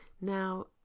Now